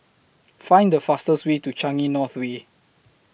Find The fastest Way to Changi North Way